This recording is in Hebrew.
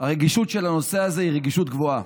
הרגישות של הנושא הזה היא רגישות גבוהה,